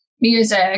music